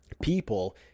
People